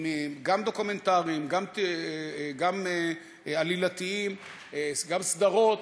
גם דוקומנטריים, גם עלילתיים, גם סדרות.